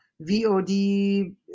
VOD